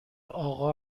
آقا